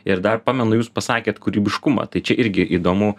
ir dar pamenu jūs pasakėt kūrybiškumą tai čia irgi įdomu